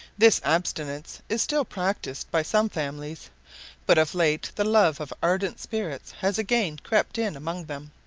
this abstinence is still practised by some families but of late the love of ardent spirits has again crept in among them,